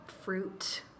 fruit